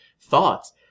thoughts